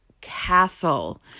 castle